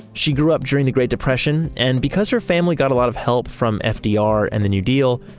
she grew up during the great depression and because her family got a lot of help from fdr and the new deal,